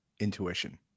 intuition